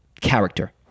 character